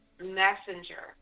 Messenger